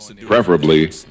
preferably